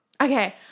Okay